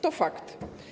To fakt.